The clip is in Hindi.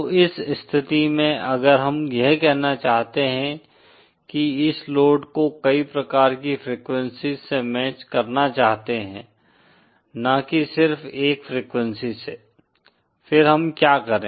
तो इस स्थिति में अगर हम यह कहना चाहते हैं कि इस लोड को कई प्रकार की फ्रेक्वेंसीज़ से मैच करना चाहते हैं न की सिर्फ एक फ्रेक्वेंसी से फिर हम क्या करें